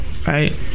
Right